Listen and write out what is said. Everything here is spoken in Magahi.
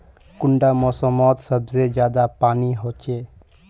कुंडा मोसमोत सबसे ज्यादा पानी होचे?